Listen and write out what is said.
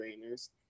trainers